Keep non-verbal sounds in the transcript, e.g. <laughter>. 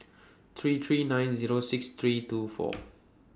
three three nine Zero six three two four <noise>